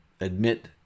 admit